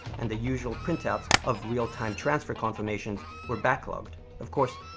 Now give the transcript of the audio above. and, the usual printouts of real-time transfer confirmations were backlogged. of course,